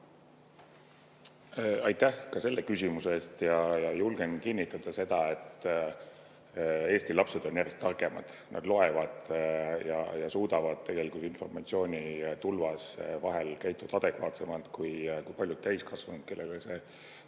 Aitäh ka selle küsimuse eest! Ma julgen kinnitada, et Eesti lapsed on järjest targemad. Nad loevad ja suudavad tegelikult informatsioonitulvas vahel käituda adekvaatsemalt kui paljud täiskasvanud, kellele see